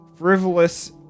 Frivolous